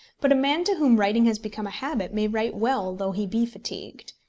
but a man to whom writing has become a habit may write well though he be fatigued.